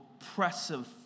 oppressive